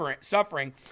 suffering